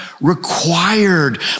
required